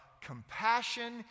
compassion